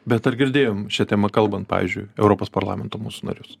bet ar girdėjom šia tema kalbant pavyzdžiui europos parlamento mūsų narius